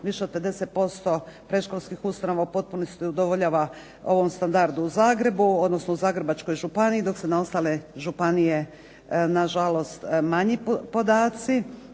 više od 50% predškolskih ustanova u potpunosti udovoljava ovom standardu u Zagrebu, odnosno u Zagrebačkoj županiji dok su na ostale županije nažalost manji podaci.